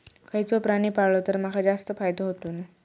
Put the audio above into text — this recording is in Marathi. खयचो प्राणी पाळलो तर माका जास्त फायदो होतोलो?